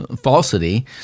falsity